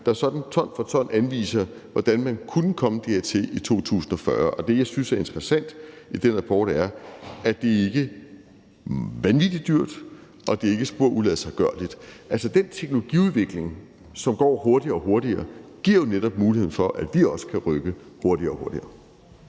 der sådan ton for ton anviser, hvordan man kunne komme dertil i 2040. Og det, jeg synes er interessant i den rapport, er, at det ikke er vanvittig dyrt, og at det ikke er spor uladsiggørligt. Altså, den teknologiudvikling, som går hurtigere og hurtigere, giver jo netop muligheden for, at vi også kan rykke hurtigere og hurtigere.